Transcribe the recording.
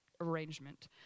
arrangement